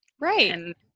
Right